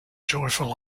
joyful